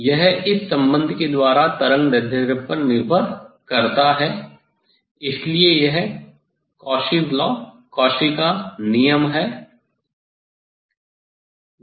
यह इस संबंध के द्वारा तरंगदैर्ध्य पर निर्भर करता है इसलिए यह कॉची का नियम Cauchy's law है